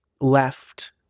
left